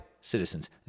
citizens